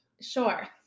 Sure